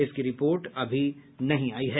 इसकी रिपोर्ट अभी नहीं आयी है